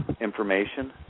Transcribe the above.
information